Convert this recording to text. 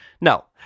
No